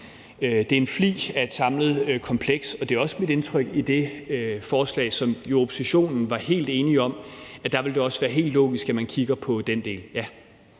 som en flig af et samlet kompleks. Og det er også mit indtryk, at i det forslag, som oppositionen jo var helt enige om, ville det også være helt logisk, at man kiggede på den del,